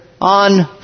on